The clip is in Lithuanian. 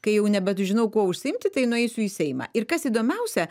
kai jau nebežinau kuo užsiimti tai nueisiu į seimą ir kas įdomiausia